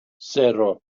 sero